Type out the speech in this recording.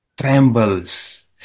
trembles